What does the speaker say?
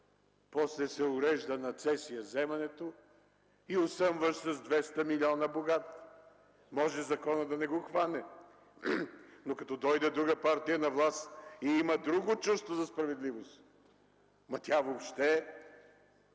после се урежда на цесия вземането и осъмваш с 200 милиона богат. Може законът да не го хване, но като дойде друга партия на власт и има друго чувство за справедливост, тя ще